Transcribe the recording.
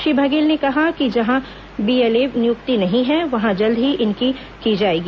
श्री बघेल ने कहा कि जहां बीएलए नियुक्त नहीं है वहां जल्द ही इनकी नियुक्ति की जाएगी